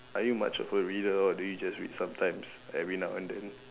are you much of a reader or do you just read sometimes every now and then